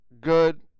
good